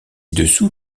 dessous